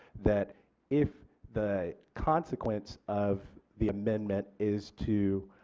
that if the consequence of the amendment is to